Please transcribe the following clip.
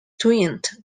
twinned